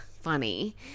funny